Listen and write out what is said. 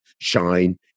shine